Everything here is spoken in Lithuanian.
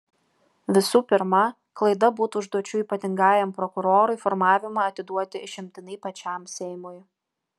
visų pirma klaida būtų užduočių ypatingajam prokurorui formavimą atiduoti išimtinai pačiam seimui